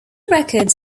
records